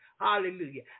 Hallelujah